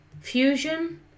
Fusion